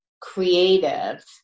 creative